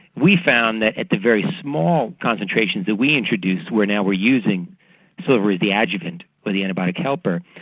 we found that at the very small concentrations that we introduced where now we are using silver as the ah adjuvant or the antibiotic helper,